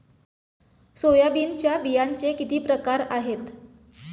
सोयाबीनच्या बियांचे किती प्रकार आहेत?